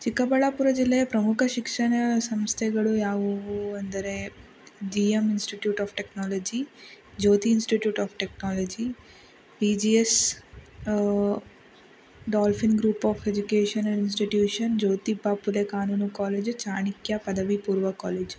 ಚಿಕ್ಕಬಳ್ಳಾಪುರ ಜಿಲ್ಲೆಯ ಪ್ರಮುಖ ಶಿಕ್ಷಣ ಸಂಸ್ಥೆಗಳು ಯಾವುವು ಅಂದರೆ G M institute of technology Jyothi institute of technology B G S dolphin group of education and institution Jyotiba Phule ಕಾನೂನು ಕಾಲೇಜು ಚಾಣಕ್ಯ ಪದವಿ ಪೂರ್ವ ಕಾಲೇಜು